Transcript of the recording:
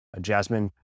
Jasmine